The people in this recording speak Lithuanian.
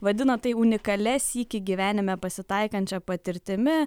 vadina tai unikalia sykį gyvenime pasitaikančia patirtimi